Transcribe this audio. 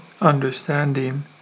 understanding